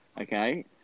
Okay